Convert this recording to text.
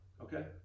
okay